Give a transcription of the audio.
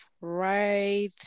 right